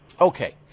Okay